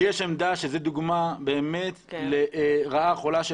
לי יש עמדה שזו דוגמה באמת לרעה חולה של